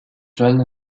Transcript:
john